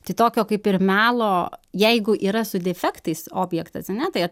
tai tokio kaip ir melo jeigu yra su defektais objektas ane tai